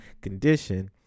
condition